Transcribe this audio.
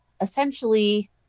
essentially